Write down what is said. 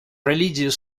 religious